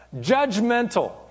Judgmental